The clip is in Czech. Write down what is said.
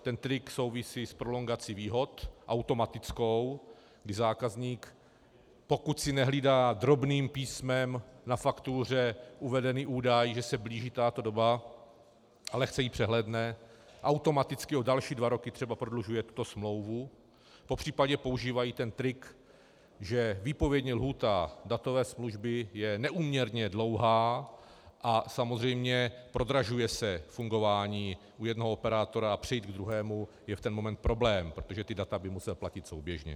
Ten trik souvisí s prolongací výhod, automatickou, kdy zákazník, pokud si nehlídá drobným písmem na faktuře uvedený údaj, že se blíží tato doba, a lehce ji přehlédne, automaticky o další dva roky třeba prodlužuje tuto smlouvu, popř. používají ten trik, že výpovědní lhůta datové služby je neúměrně dlouhá a samozřejmě prodražuje se fungování u jednoho operátora a přejít k druhému je v ten moment problém, protože ta data by musel platit souběžně.